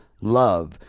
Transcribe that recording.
love